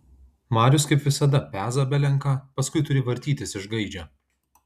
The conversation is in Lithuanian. marius kaip visada peza belen ką paskui turi vartytis iš gaidžio